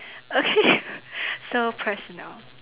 okay so personal